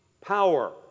power